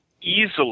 easily